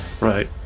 right